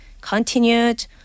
continued